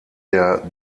der